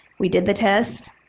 we did the test.